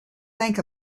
think